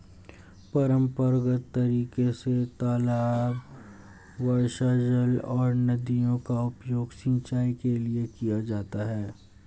परम्परागत तरीके से तालाब, वर्षाजल और नदियों का उपयोग सिंचाई के लिए किया जाता है